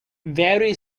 very